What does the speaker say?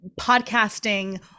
podcasting